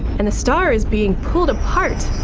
and the star is being pulled apart,